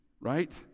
right